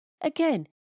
again